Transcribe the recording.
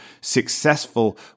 successful